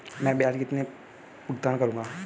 मैं ब्याज में कितना भुगतान करूंगा?